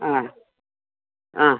ആഹ് ആഹ്